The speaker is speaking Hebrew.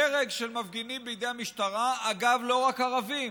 הרג של מפגינים בידי המשטרה, אגב, לא רק ערבים,